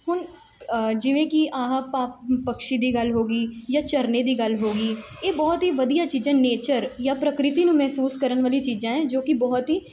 ਹੁਣ ਜਿਵੇਂ ਕਿ ਆਹ ਪਾ ਪੰਛੀ ਦੀ ਗੱਲ ਹੋ ਗਈ ਜਾਂ ਝਰਨੇ ਦੀ ਗੱਲ ਹੋ ਗਈ ਇਹ ਬਹੁਤ ਹੀ ਵਧੀਆ ਚੀਜ਼ਾਂ ਨੇਚਰ ਜਾਂ ਪ੍ਰਕ੍ਰਿਤੀ ਨੂੰ ਮਹਿਸੂਸ ਕਰਨ ਵਾਲੀ ਚੀਜ਼ਾਂ ਹੈ ਜੋ ਕਿ ਬਹੁਤ ਹੀ